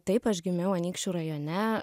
taip aš gimiau anykščių rajone